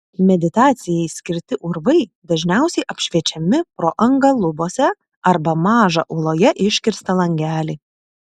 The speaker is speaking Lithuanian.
meditacijai skirti urvai dažniausiai apšviečiami pro angą lubose arba mažą uoloje iškirstą langelį